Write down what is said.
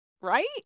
right